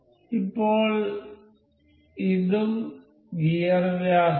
ഇപ്പോൾ ഇതും ഗിയർ വ്യാസവും